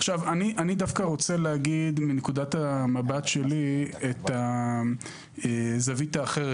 אגיד מנקודת המבט שלי את הזווית האחרת